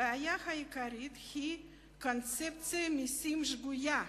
הבעיה העיקרית היא קונספציית מסים שגויה,